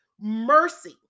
mercy